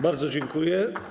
Bardzo dziękuję.